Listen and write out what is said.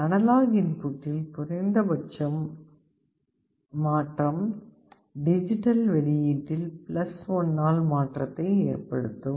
analogue இன்புட்டில் குறைந்தபட்ச மாற்றம் டிஜிட்டல் வெளியீட்டில் 1 ஆல் மாற்றத்தை ஏற்படுத்தும்